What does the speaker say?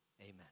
Amen